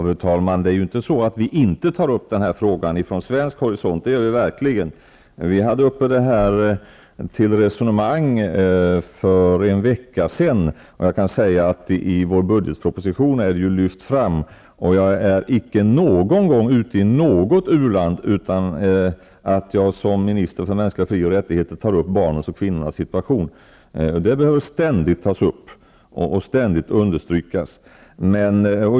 Fru talman! Det är ju inte så att vi från svensk horisont inte tar upp denna fråga; det gör vi verkligen. Vi tog upp detta resonemang för en vecka sedan, och i budgetpropositionen har frågan lyfts fram. Som minister för mänskliga fri och rättigheter händer det inte någon gång att jag vid mina besök i u-länder underlåter att ta upp barnens och kvinnor nas situation. Den behöver ständigt tas upp och ständigt understrykas.